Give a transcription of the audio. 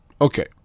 okay